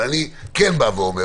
אבל אני כן אומר,